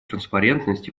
транспарентность